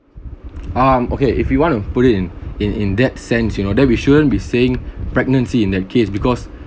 um okay if you want to put it in in in that sense you know that we shouldn't be saying pregnancy in that case because